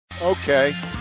Okay